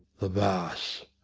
the boss,